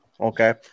Okay